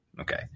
okay